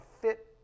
fit